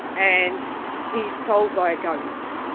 and he's told by a ghost,